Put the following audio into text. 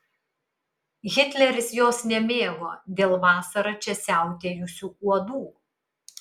hitleris jos nemėgo dėl vasarą čia siautėjusių uodų